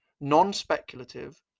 non-speculative